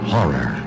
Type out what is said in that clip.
Horror